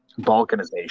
balkanization